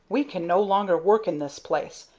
we can no longer work in this place,